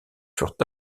furent